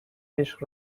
عشق